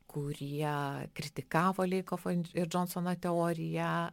kurie kritikavo leikofo in ir džonsono teoriją